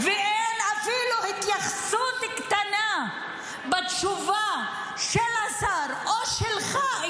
אין אפילו התייחסות קטנה בתשובה של השר או שלך.